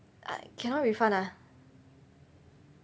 uh cannot refund ah